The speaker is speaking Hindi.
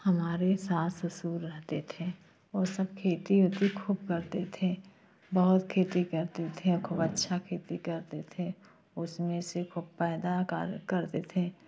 हमारे सास ससुर रहते थे वो सब खेती वोती खूब करते थे बहुत खेती करते थे खूब अच्छा खेती करते थे उसमे से खूब पैदावार करते थे